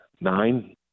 nine